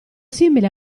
simile